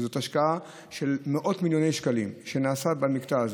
שזו השקעה של מאות מיליוני שקלים שנעשתה במקטע הזה.